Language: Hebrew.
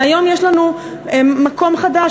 מהיום יש לנו מקום חדש,